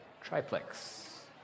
Triplex